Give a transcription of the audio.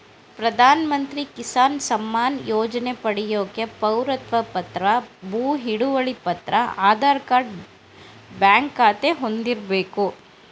ಪ್ರಧಾನಮಂತ್ರಿ ಕಿಸಾನ್ ಸಮ್ಮಾನ್ ಯೋಜನೆ ಪಡ್ಯೋಕೆ ಪೌರತ್ವ ಪತ್ರ ಭೂ ಹಿಡುವಳಿ ಪತ್ರ ಆಧಾರ್ ಕಾರ್ಡ್ ಬ್ಯಾಂಕ್ ಖಾತೆ ಹೊಂದಿರ್ಬೇಕು